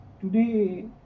today